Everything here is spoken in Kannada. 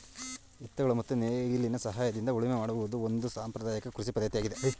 ಎತ್ತುಗಳ ಮತ್ತು ನೇಗಿಲಿನ ಸಹಾಯದಿಂದ ಉಳುಮೆ ಮಾಡುವುದು ಒಂದು ಸಾಂಪ್ರದಾಯಕ ಕೃಷಿ ಪದ್ಧತಿಯಾಗಿದೆ